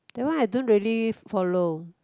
that one I don't really follow